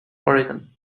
oregon